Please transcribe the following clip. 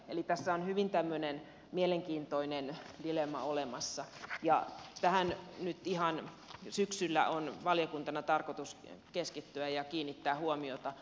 eli tässä on hyvin mielenkiintoinen dilemma olemassa ja tähän nyt ihan syksyllä on valiokuntana tarkoitus keskittyä ja kiinnittää huomiota